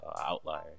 outlier